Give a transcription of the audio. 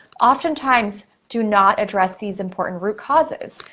often times do not address these important root causes.